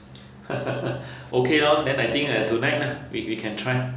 okay loh then I think uh tonight lah we we can try